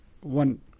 one